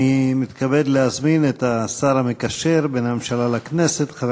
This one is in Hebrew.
אני מתכבד להזמין את השר המקשר בין הממשלה לכנסת חבר